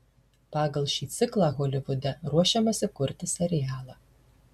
pagal šį ciklą holivude ruošiamasi kurti serialą